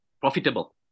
profitable